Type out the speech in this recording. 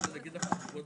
הישיבה ננעלה בשעה